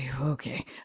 okay